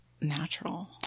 natural